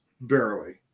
barely